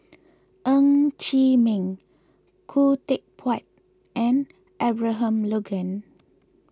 Ng Chee Meng Khoo Teck Puat and Abraham Logan